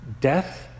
death